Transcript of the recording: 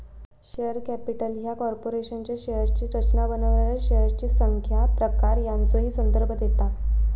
share capital ह्या कॉर्पोरेशनच्या शेअर्सची रचना बनवणाऱ्या शेअर्सची संख्या, प्रकार यांचो ही संदर्भ देता